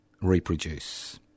reproduce